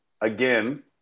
again